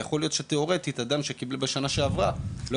לכן תאורטית אדם שקיבל בשנה שעברה לא